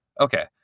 Okay